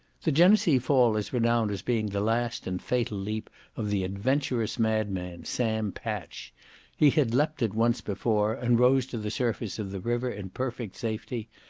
the genesee fall is renowned as being the last and fatal leap of the adventurous madman, sam patch he had leaped it once before, and rose to the surface of the river in perfect safety,